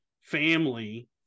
family